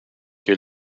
que